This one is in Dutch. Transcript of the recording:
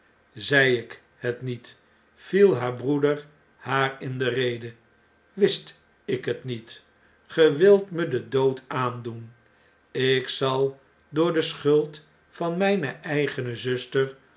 zei ik het niet viel haar broeder haar in de reden wist ik het niet ge wilt me den dood aandoen ik zal door de schuld van mpe eigene zuster